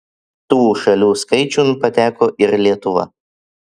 tų šalių skaičiun pateko ir lietuva